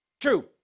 True